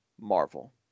Marvel